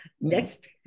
Next